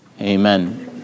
Amen